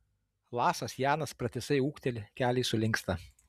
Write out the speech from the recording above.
lasas janas pratisai ūkteli keliai sulinksta